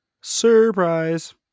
Surprise